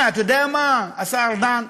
אתה יודע מה, השר ארדן?